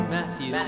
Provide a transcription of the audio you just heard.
Matthew